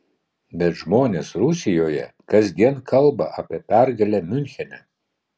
bet žmonės rusijoje kasdien kalba apie pergalę miunchene